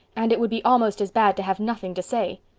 and it would be almost as bad to have nothing to say.